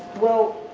well